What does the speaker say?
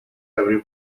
every